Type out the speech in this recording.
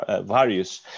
various